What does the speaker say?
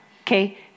Okay